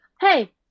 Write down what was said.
hey